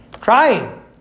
Crying